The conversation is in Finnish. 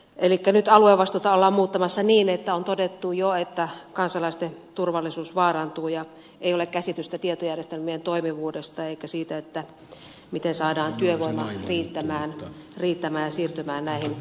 eli nyt aluevastuuta ollaan muuttamassa niin että on todettu jo että kansalaisten turvallisuus vaarantuu ja ei ole käsitystä tietojärjestelmien toimivuudesta eikä siitä miten saadaan työvoima riittämään ja siirtymään näihin toimipisteisiin